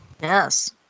Yes